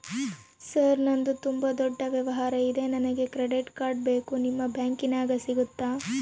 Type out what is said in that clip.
Sir ನಂದು ತುಂಬಾ ದೊಡ್ಡ ವ್ಯವಹಾರ ಇದೆ ನನಗೆ ಕ್ರೆಡಿಟ್ ಕಾರ್ಡ್ ಬೇಕು ನಿಮ್ಮ ಬ್ಯಾಂಕಿನ್ಯಾಗ ಸಿಗುತ್ತಾ?